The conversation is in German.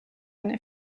einen